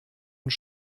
uns